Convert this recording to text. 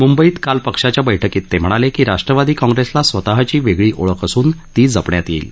म्ंबईत काल पक्षाच्या बैठकीत ते म्हणाले की राष्ट्रवादी काँग्रेसला स्वतःची वेगळी ओळख असून ती जपण्यात येईल